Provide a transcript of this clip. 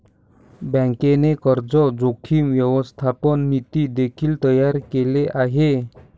बँकेने कर्ज जोखीम व्यवस्थापन नीती देखील तयार केले आहे